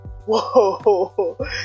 whoa